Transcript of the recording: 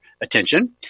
attention